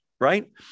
right